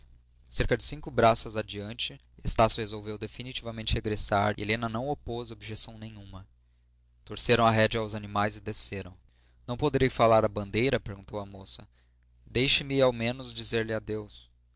cerca de cinco braças adiante estácio resolveu definitivamente regressar e helena não opôs objeção nenhuma torceram a rédea aos animais e desceram não poderei falar à bandeira perguntou a moça deixe-me ao menos dizer-lhe adeus